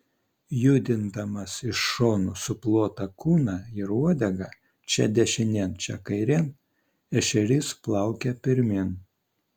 judindamas iš šonų suplotą kūną ir uodegą čia dešinėn čia kairėn ešerys plaukia pirmyn